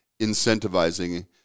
incentivizing